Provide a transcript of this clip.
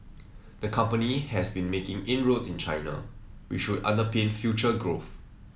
the company has been making inroads in China which would underpin future growth